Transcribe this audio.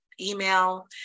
email